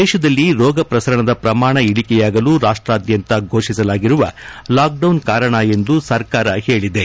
ದೇಶದಲ್ಲಿ ರೋಗ ಪ್ರಸರಣದ ಪ್ರಮಾಣ ಇಳಕೆಯಾಗಲು ರಾಷ್ಲಾದ್ಧಂತ ಘೋಷಿಸಲಾಗಿರುವ ಲಾಕ್ಡೌನ್ ಕಾರಣ ಎಂದು ಸರ್ಕಾರ ಹೇಳಿದೆ